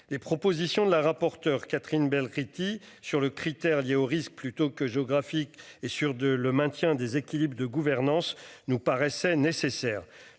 Les propositions de la rapporteure Catherine Bell. Sur le critère lié aux risques plutôt que géographique et sur deux le maintien des équilibres de gouvernance nous paraissait nécessaire.